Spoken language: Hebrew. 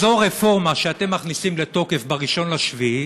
זו רפורמה שאתם מכניסים לתוקף ב-1 ביולי,